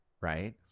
right